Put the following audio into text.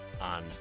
on